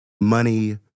money